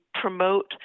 promote